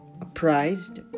apprised